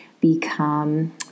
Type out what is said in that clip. become